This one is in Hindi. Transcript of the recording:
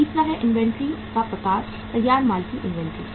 तीसरा है इन्वेंट्री का प्रकार तैयार माल की इन्वेंट्री